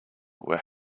were